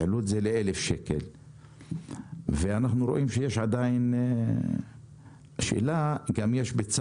העלו אותו ל-1,000 שקלים ואנחנו רואים שעדיין יש תאונות.